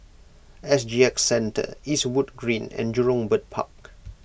S G X Centre Eastwood Green and Jurong Bird Park